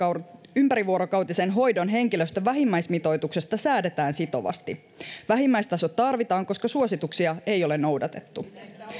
ympärivuorokautisen hoidon henkilöstön vähimmäismitoituksesta säädetään sitovasti vähimmäistaso tarvitaan koska suosituksia ei ole noudatettu